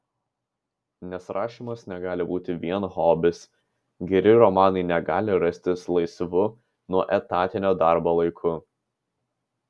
nes rašymas negali būti vien hobis geri romanai negali rastis laisvu nuo etatinio darbo laiku